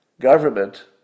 government